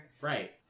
Right